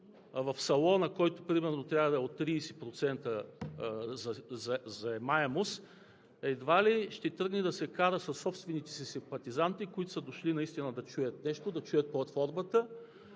в салона, който примерно трябва да е от 30% заемаемост, ще тръгне да се кара със собствените си симпатизанти, които са дошли наистина да чуят нещо, да чуят платформата